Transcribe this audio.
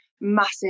massive